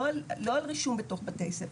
לא על רישום בתוך בתי הספר.